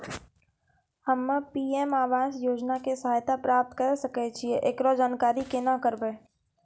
हम्मे पी.एम आवास योजना के सहायता प्राप्त करें सकय छियै, एकरो जानकारी केना करबै?